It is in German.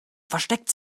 versteckt